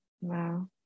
Wow